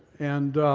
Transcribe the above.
and